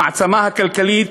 המעצמה הכלכלית,